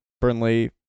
Burnley